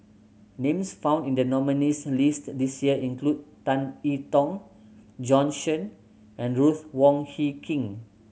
names found in the nominees' list this year include Tan I Tong Bjorn Shen and Ruth Wong Hie King